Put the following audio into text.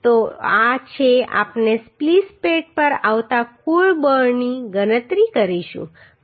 તો આ છે આપણે સ્પ્લીસ પ્લેટ પર આવતા કુલ બળની ગણતરી કરીશું